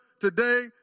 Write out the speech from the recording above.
Today